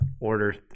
order